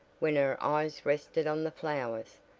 when her eyes rested on the flowers,